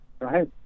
Right